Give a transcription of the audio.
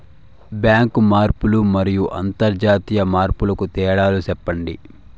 Bank మార్పులు మరియు అంతర్జాతీయ మార్పుల కు తేడాలు సెప్పండి?